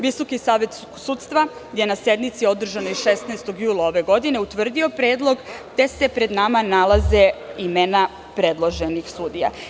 Visoki savet sudstva je na sednici održanoj 16. jula ove godine utvrdio predlog gde se pred nama nalaze imena predloženih sudija.